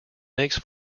makes